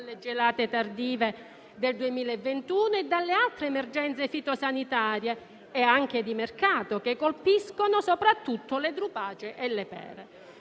dalle gelate tardive del 2021 e dalle altre emergenze fitosanitarie e anche di mercato, che colpiscono soprattutto le drupacee e le pere.